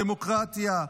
דמוקרטיה,